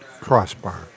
crossbar